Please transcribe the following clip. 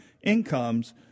incomes